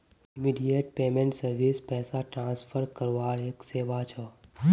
immediate payment service पैसा transfer करवार एक सेवा छ